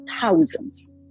thousands